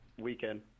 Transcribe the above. weekend